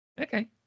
Okay